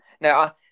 now